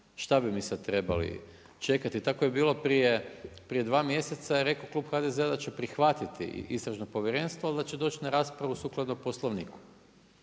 Šta bi mi sad trebali, čekati, tako je bilo prije 2 mjeseca i rekao Klub HDZ-a da će prihvatiti istražno povjerenstvo, ali da će doći na raspravu sukladno poslovniku.